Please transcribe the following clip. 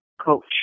coach